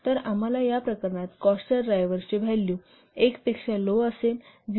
तर आम्हाला त्या प्रकरणात कॉस्ट ड्रायव्हरचे व्हॅल्यू 1 पेक्षा लो असेल 0